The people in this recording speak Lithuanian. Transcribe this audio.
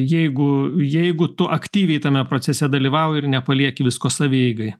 jeigu jeigu tu aktyviai tame procese dalyvauji ir nepalieki visko savieigai